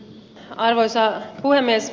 arvoisa puhemies